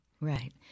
Right